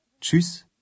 Tschüss